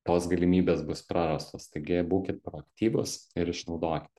tos galimybės bus prarastos taigi būkit proaktyvūs ir išnaudokite